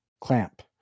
clamp